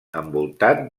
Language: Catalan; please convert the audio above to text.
envoltat